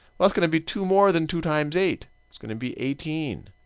that's going to be two more than two times eight. it's going to be eighteen.